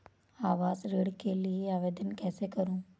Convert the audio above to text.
आवास ऋण के लिए आवेदन कैसे करुँ?